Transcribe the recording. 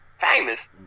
Famous